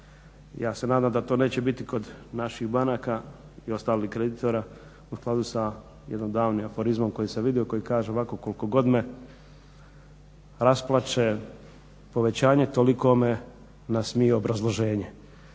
Ja se nadam da to neće biti kod naših banaka i ostalih kreditora u skladu sa jednim davnim aforizmom koji sam vidio, koji kaže ovako: Koliko god me rasplače povećanje, toliko me nasmije obrazloženje.